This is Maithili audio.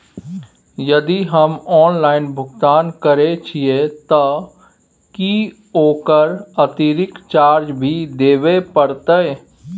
यदि हम ऑनलाइन भुगतान करे छिये त की ओकर अतिरिक्त चार्ज भी देबे परतै?